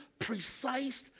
precise